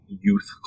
youth